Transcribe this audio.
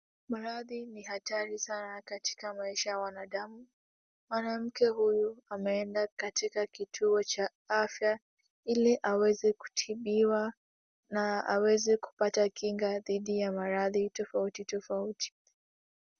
Maradhi ni hatari sana katika maisha ya wanadamu. Mwanamke huyu ameenda katika kituo cha afya ili aweze kutibiwa na aweze kupata kinga dhidi ya maradhi tofauti tofauti.